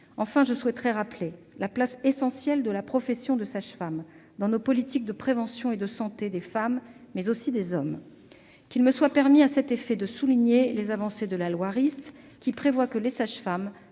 Enfin, je tiens à rappeler la place essentielle de la profession de sage-femme dans nos politiques de prévention et de santé des femmes, mais aussi des hommes. Qu'il me soit permis, à cet effet, de souligner les avancées de la loi Rist (loi du 26 avril